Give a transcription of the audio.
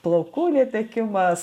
plaukų netekimas